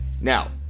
Now